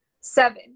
seven